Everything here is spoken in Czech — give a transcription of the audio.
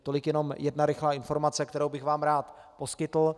Tolik jenom jedna rychlá informace, kterou bych vám rád poskytl.